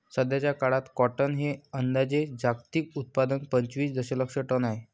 सध्याचा काळात कॉटन हे अंदाजे जागतिक उत्पादन पंचवीस दशलक्ष टन आहे